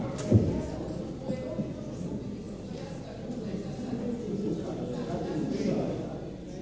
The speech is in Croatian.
Hvala vam